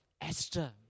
Esther